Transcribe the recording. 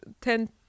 ten